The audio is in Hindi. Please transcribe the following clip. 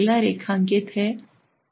अगला रैखिकता है